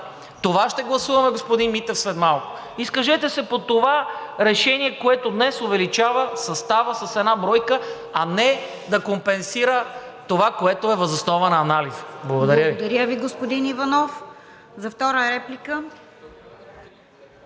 Това ще гласуваме, господин Митев, след малко. Изкажете се по това решение, което днес увеличава състава с една бройка, а не да компенсира това, което е въз основа на анализа. Благодаря Ви. ПРЕДСЕДАТЕЛ РОСИЦА КИРОВА: Благодаря Ви, господин Иванов. За втора реплика